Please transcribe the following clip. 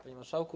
Panie Marszałku!